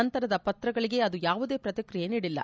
ನಂತರದ ಪತ್ರಗಳಿಗೆ ಅದು ಯಾವುದೇ ಪ್ರತಿಕ್ರಿಯೆ ನೀಡಿಲ್ಲ